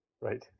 Right